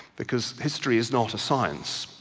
because history is not a science,